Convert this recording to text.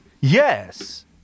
Yes